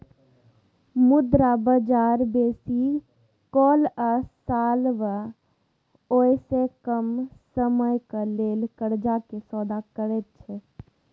मुद्रा बजार बेसी काल एक साल वा ओइसे कम समयक लेल कर्जा के सौदा करैत छै